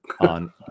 on